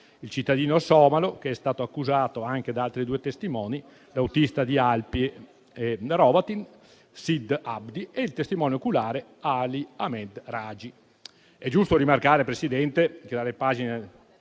il cittadino somalo che è stato accusato anche da altri due testimoni: Sid Abdi, autista di Alpi e Hrovatin, e il testimone oculare Ali Ahmed Ragi.